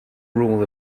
rule